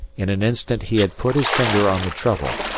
in an instant he had put his finger on the trouble,